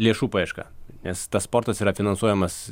lėšų paieška nes tas sportas yra finansuojamas